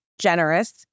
generous